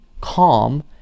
calm